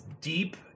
deep